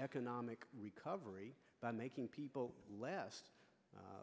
economic recovery by making people less